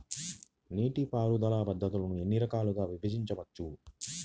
నీటిపారుదల పద్ధతులను ఎన్ని రకాలుగా విభజించవచ్చు?